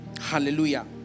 Hallelujah